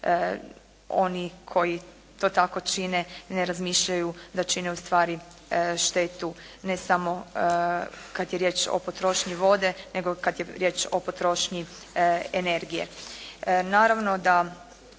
oni koji to tako čine ne razmišljaju da čine ustvari štetu, ne samo kad je riječ o potrošnji vode, nego kad je riječ o potrošnji energije.